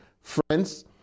Friends